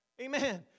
Amen